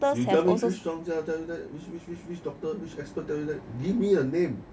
you tell me which 专家 tell you that which which which doctor which expert tell you that give me a name